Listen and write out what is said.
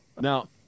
Now